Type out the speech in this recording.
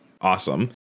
Awesome